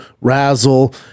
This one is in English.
Razzle